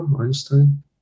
Einstein